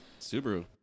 Subaru